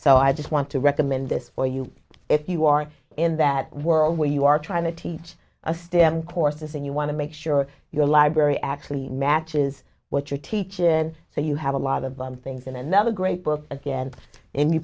so i just want to recommend this for you if you are in that world where you are trying to teach a stem courses and you want to make sure your library actually matches what you're teachin so you have a lot of things in another great book again